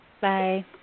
Bye